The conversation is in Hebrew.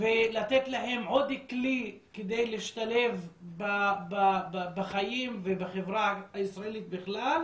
ולתת להם עוד כלי כדי להשתלב בחיים ובחברה הישראלית בכלל,